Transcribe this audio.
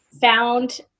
found